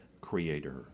creator